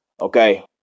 Okay